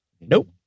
Nope